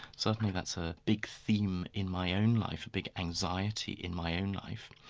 certainly that's a big thing in my own life, a big anxiety in my own life.